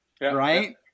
right